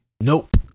Nope